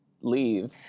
leave